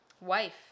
wife